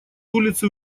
улицы